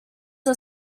are